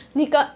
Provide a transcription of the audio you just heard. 那个